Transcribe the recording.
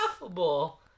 laughable